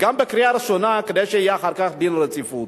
וגם בקריאה ראשונה, כדי שיהיה אחר כך דין רציפות.